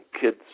kids